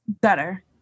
Better